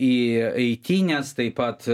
į eitynes taip pat